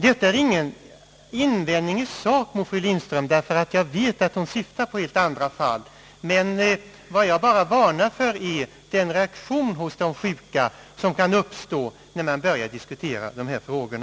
Detta är ingen invändning i sak mot fru Lindströms uppfattning — jag vet att hon syftar på helt andra fall — men jag vill varna för den reaktion hos de sjuka som kan uppstå när man börjar diskutera dessa frågor.